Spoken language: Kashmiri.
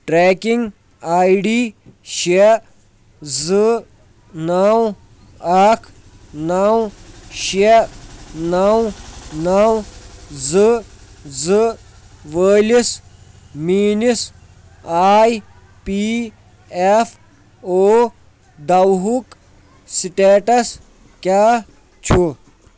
ٹریکنگ آی ڈی شےٚ زٕ نو اکھ نو شےٚ نو نو زٕ زٕ وٲلِس میٛٲنِس آی پی ایف او دَوہُک سِٹیٹس کیٛاہ چھُ